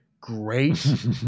great